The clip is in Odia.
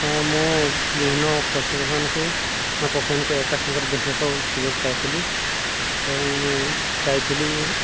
ହଁ ମୁଁ ବିଭିନ୍ନ ପଶୁପକ୍ଷୀମାନଙ୍କୁ ପକ୍ଷୀମାନଙ୍କୁ ଏକା ସାଙ୍ଗରେ ଦେଖିବାକୁ ସୁଯୋଗ ପାଇଥିଲି ଏବଂ ମୁଁ ଯାଇଥିଲି